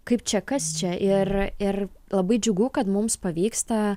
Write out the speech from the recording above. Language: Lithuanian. kaip čia kas čia ir ir labai džiugu kad mums pavyksta